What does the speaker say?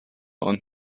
und